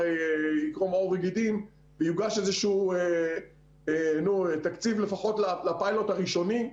יקרום עור וגידים ויוגש תקציב לפחות לפיילוט הראשוני,